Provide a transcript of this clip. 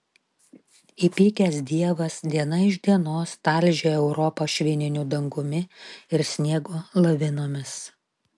įpykęs dievas diena iš dienos talžė europą švininiu dangumi ir sniego lavinomis